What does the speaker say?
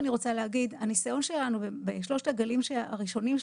הניסיון שלנו בשלושת הגלים הראשונים של